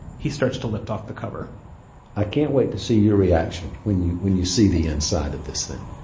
he starts to lift off the cover i can't wait to see your reaction when you when you see the inside of this thing.